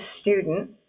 student